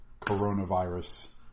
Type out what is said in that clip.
coronavirus